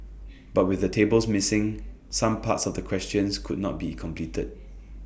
but with the tables missing some parts of the questions could not be completed